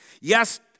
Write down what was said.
Yes